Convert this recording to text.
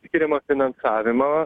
skiriamą finansavimą